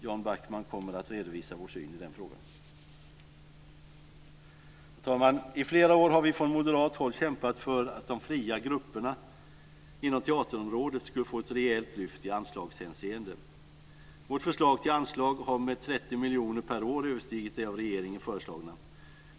Jan Backman kommer att redovisa vår syn i den frågan. Herr talman! I flera år har vi från moderat håll kämpat för att de fria grupperna inom teaterområdet skulle få ett rejält lyft i anslagshänseende. Vårt förslag till anslag har med 30 miljoner per år överstigit det av regeringen föreslagna.